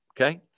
Okay